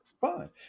Fine